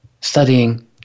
studying